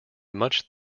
much